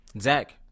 Zach